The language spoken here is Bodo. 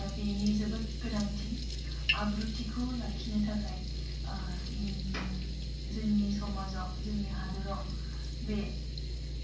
बिनि जोबोद गोनांथि आब्रुथिखौ लाखिनो थाखाय जोंनि समाजाव जोंनि हादराव बे